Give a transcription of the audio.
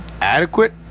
adequate